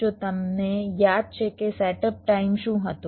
તો તમને યાદ છે કે સેટઅપ ટાઇમ શું હતો